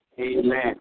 Amen